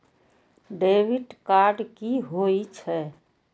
Debit card कि होई छै?